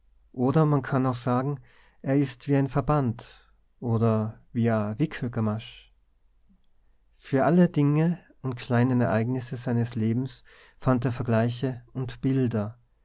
oder man kann auch sagen er is wie ein verband oder wie e wickelgamasch für alle dinge und kleinen ereignisse seines lebens fand er vergleiche und bilder